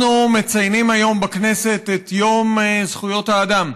אנחנו מציינים היום בכנסת את יום זכויות האדם.